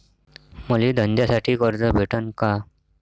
मले धंद्यासाठी कर्ज भेटन का?